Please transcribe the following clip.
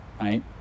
Right